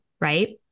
right